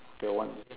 okay one